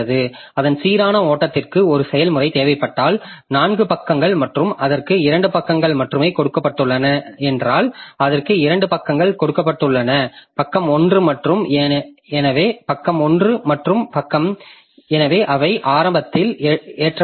அதன் சீரான ஓட்டத்திற்கு ஒரு செயல்முறை தேவைப்பட்டால் 4 பக்கங்கள் மற்றும் அதற்கு 2 பக்கங்கள் மட்டுமே கொடுக்கப்பட்டுள்ளன என்றால் அதற்கு இரண்டு பக்கங்கள் கொடுக்கப்பட்டுள்ளன பக்கம் எண் 1 மற்றும் எனவே பக்கம் 1 மற்றும் பக்கம் எனவே அவை ஆரம்பத்தில் ஏற்றப்படுகின்றன